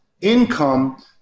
income